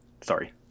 sorry